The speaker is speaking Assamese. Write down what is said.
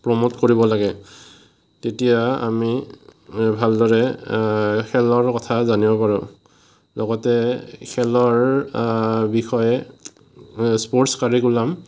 প্ৰম'ট কৰিব লাগে তেতিয়া আমি ভালদৰে খেলৰ কথা জানিব পাৰোঁ লগতে খেলৰ বিষয়ে স্প'ৰ্টচ কাৰিক'লাম